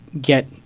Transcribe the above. get